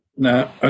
Now